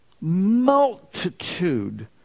multitude